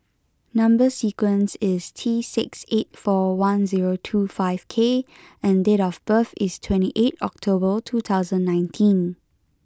number sequence is T six eight four one zero two five K and date of birth is twenty eight October two thousand nineteen